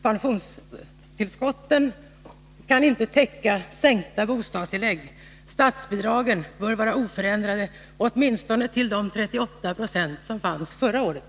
Pensionstillskotten kan inte täcka sänkta bostadstillägg — statsbidragen bör vara oförändrade åtminstone till de 38 96 som gällde förra året.